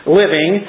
living